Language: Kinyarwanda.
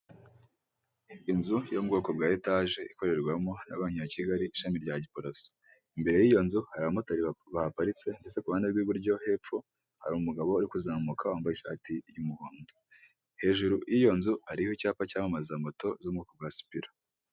Inzu yo mubwo bwoko bwa etaje ikorerwamo na banki ya Kigali ishami rya giporoso, imbere y'iyo nzu hari abamotari baparitse ndetse ku ruhande rw'buryo hepfo, hari umugabo uri kuzamuka wambaye ishati y'umuhondo hejuru y'iyo nzu hariho icyapa cyamamaza moto zo mu bwoko bwa sipira.